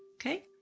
okay?